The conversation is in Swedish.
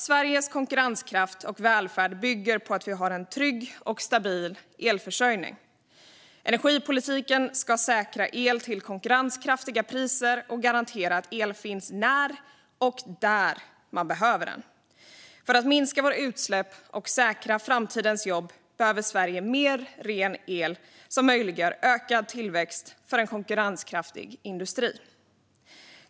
Sveriges konkurrenskraft och välfärd bygger på att vi har en trygg och stabil elförsörjning. Energipolitiken ska säkra el till konkurrenskraftiga priser och garantera att el finns när och där man behöver den. För att minska våra utsläpp och säkra framtidens jobb behöver Sverige mer ren el, som möjliggör ökad tillväxt och en konkurrenskraftig industri.